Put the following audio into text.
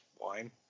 wine